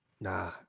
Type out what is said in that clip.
nah